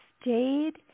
stayed